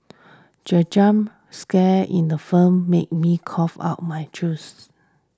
the jump scare in the film made me cough out my juice